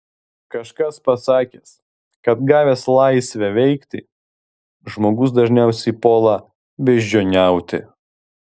kažkas pasakęs kad gavęs laisvę veikti žmogus dažniausiai puola beždžioniauti